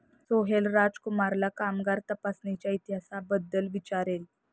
सोहेल राजकुमारला कामगार तपासणीच्या इतिहासाबद्दल विचारले